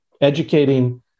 educating